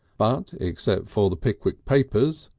but except for the pickwick papers,